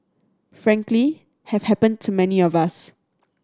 frankly have happened to many of us